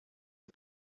had